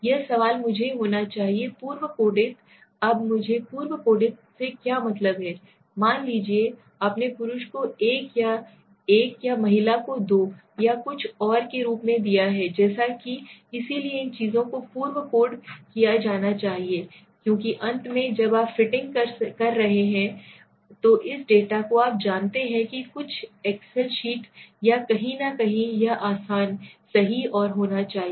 यह सवाल मुझे होना चाहिए पूर्व कोडित अब मुझे पूर्व कोडित से क्या मतलब है मान लीजिए आपने पुरुष को 1 या महिला को 2 या कुछ और के रूप में दिया है जैसा कि इसलिए इन चीजों को पूर्व कोड किया जाना चाहिए क्योंकि अंत में जब आप फिटिंग कर रहे होते हैं इस डेटा को आप जानते हैं कि कुछ एक्सेल शीट या कहीं न कहीं यह आसान सही और होना चाहिए